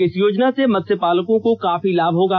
इस योजना से मत्स्य पालकों को काफी लाभ होगा